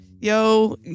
yo